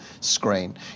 screen